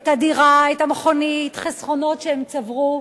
את הדירה, את המכונית, חסכונות שהם צברו.